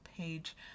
page